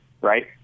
Right